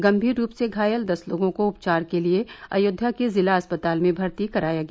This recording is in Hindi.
गंभीर रूप से घायल दस लोगों को उपचार के लिए अयोध्या के जिला अस्पताल में भर्ती कराया गया